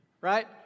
Right